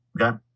okay